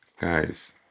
Guys